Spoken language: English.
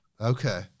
Okay